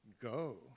Go